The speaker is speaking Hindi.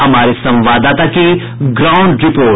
हमारे संवाददाता की ग्राउंड रिपोर्ट